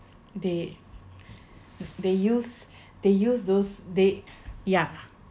they they use they use those date yeah